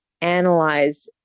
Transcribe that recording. analyze